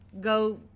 go